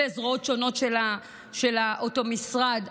וזרועות שונות של אותו משרד,